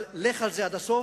אבל לך על זה עד הסוף.